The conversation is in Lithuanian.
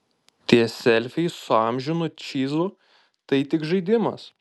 tie selfiai su amžinu čyzu tai tik žaidimas